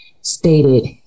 stated